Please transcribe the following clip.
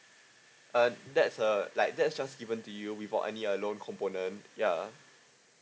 uh that's a like that's just given to you before any uh loan component yeah